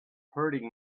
hurting